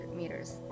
meters